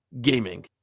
gaming